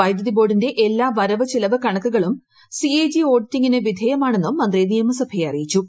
വൈദ്യുതി ബോർഡിന്റെ എല്ലാ വരവ് ചെലവ് കണക്കുകളും സിഎജി ഓഡിറ്റിംഗിന് വിധേയമാണെന്നും മന്ത്രി നിയമസഭയെ അറിയിച്ചു